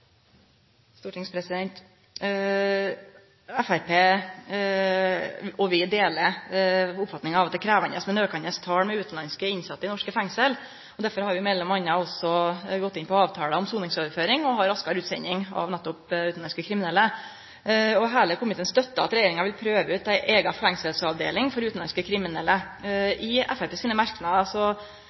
av utanlandske innsette i norske fengsel. Derfor har vi m.a. gått inn på avtalene om soningsoverføring og raskare utsending av nettopp utanlandske kriminelle. Heile komiteen støttar at regjeringa vil prøve ut ei eiga fengselsavdeling for utanlandske kriminelle. I Framstegspartiet sine